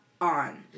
on